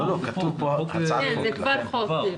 כן, זה כבר חוק.